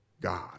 God